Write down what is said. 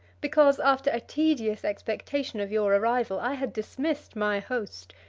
because, after a tedious expectation of your arrival, i had dismissed my host,